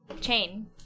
chain